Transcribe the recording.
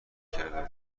کردم